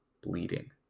bleeding